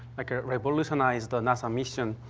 like, ah revolutionized the nasa mission.